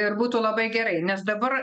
ir būtų labai gerai nes dabar